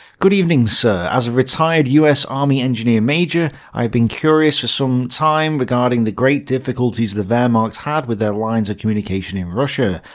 good evening sir. as a retired us army engineer major, i have been curious for some time regarding the great difficulties the wehrmacht had with their lines of communications in russia.